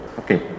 okay